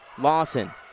Lawson